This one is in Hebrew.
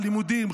לימודים,